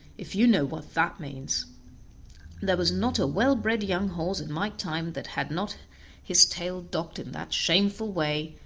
if you know what that means there was not a well-bred young horse in my time that had not his tail docked in that shameful way,